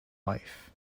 life